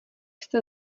jste